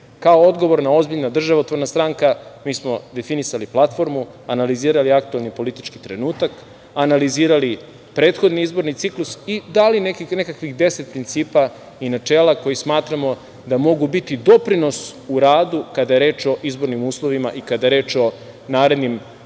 Kao odgovorna, ozbiljna, državotvorna stranka mi smo definisali platformu, analizirali aktuelni politički trenutak, analizirali prethodni izborni ciklus i dali nekakvih 10 principa i načela koje smatramo da mogu biti doprinos u radu, kada je reč o izbornim uslovima i kada je reč o narednim vanrednim